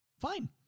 Fine